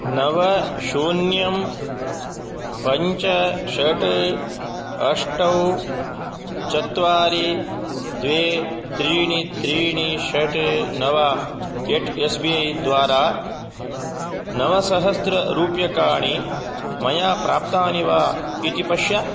नव शून्यं पञ्च षड् अष्टौ चत्वारि द्वे त्रीणि त्रीणि षट् नव एट् एस् बि ऐ द्वारा नवसहस्ररूप्यकाणि मया प्राप्तानि वा इति पश्य